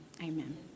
Amen